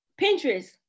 Pinterest